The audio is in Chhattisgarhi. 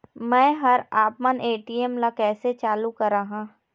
मैं हर आपमन ए.टी.एम ला कैसे चालू कराहां?